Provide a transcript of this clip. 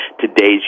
today's